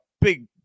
big